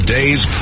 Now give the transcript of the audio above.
Day's